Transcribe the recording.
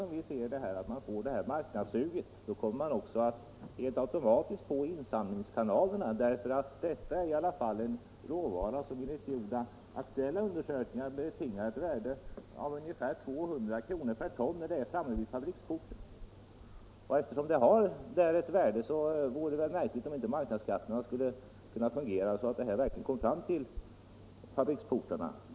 Som vi ser det är det bättre att vi får det här marknadssuget; då kommer man automatiskt att också få insamlingskanalerna. Detta pappersavfall är i alla fall en råvara som enligt aktuella undersökningar betingar ett värde av ungefär 200 kr. per ton när det är framme vid fabriksporten. Eftersom det har ett värde, vore det väl märkvärdigt om inte marknadskrafterna skulle fungera så att det också kommer fram till fabriksportarna.